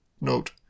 Note